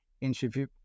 interview